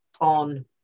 on